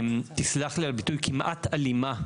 יסלח לי על הביטוי, כמעט אלימה.